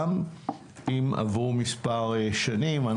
גם אם עברו מספר שנים.